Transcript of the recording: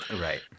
Right